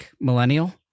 millennial